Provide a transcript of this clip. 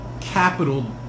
capital